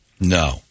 No